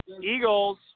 Eagles